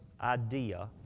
idea